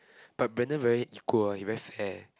but Brandon very equal ah he very fair